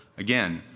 again,